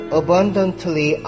abundantly